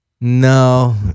No